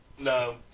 No